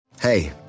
Hey